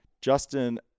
justin